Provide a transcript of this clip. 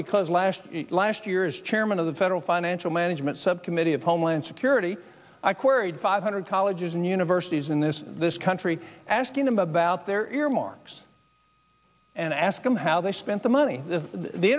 because last last year as chairman of the federal financial management subcommittee of homeland security i queried five hundred colleges and universities in this this country asking them about their earmarks and i asked them how they spent the money is the